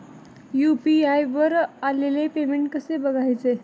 UPI वर आलेले payment कसे बघायचे?